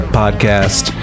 podcast